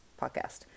podcast